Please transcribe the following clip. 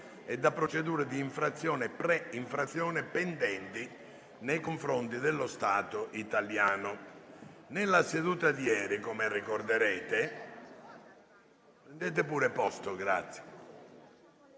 e da procedure di infrazione e pre-infrazione pendenti nei confronti dello Stato italiano,